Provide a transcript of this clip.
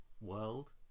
world